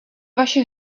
vaše